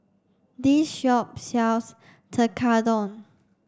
this shop sells Tekkadon